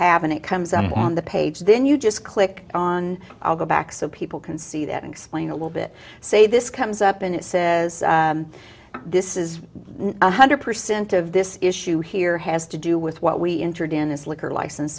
haven't it comes up on the page then you just click on i'll go back so people can see that explain a little bit say this comes up and it says this is one hundred percent of this issue here has to do with what we entered in this liquor license